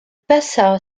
passa